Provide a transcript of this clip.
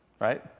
Right